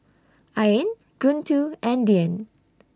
Ain Guntur and Dian